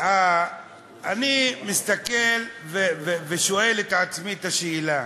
אני מסתכל ושואל את עצמי את השאלה: